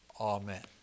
Amen